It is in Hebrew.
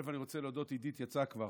אני רוצה להודות, עידית יצאה כבר,